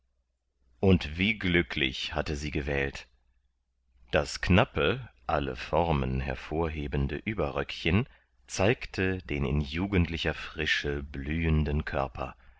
und wie glücklich hatte sie gewählt das knappe alle formen hervorhebende überröckchen zeigte den in jugendlicher frische blühenden körper